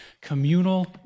communal